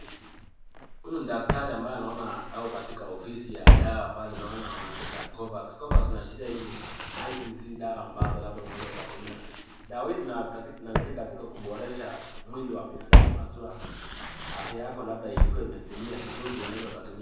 Huyu ni daktari ambaye naona ako katika ofisi ya dawa. Pale naona pale wameandika Covax. Covax inaashiria hizi IPC dawa ambazo labda unaweza ukatumia. Dawa hizi inasaidia katika kuboresha mwili wa binadamu haswa afya yako labda ikuwe imedidimia kidogo unaweza ukatumia.